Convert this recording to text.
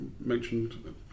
mentioned